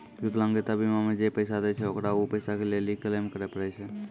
विकलांगता बीमा मे जे पैसा दै छै ओकरा उ पैसा लै लेली क्लेम करै पड़ै छै